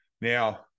now